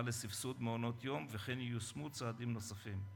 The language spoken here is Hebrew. לסבסוד מעונות יום וייושמו צעדים נוספים.